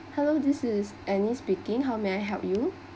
hello this is anny speaking how may I help you